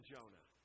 Jonah